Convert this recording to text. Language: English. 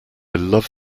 love